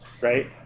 Right